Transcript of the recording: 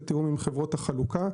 התיאום עם חברות החלוקה,